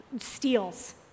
steals